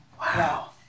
Wow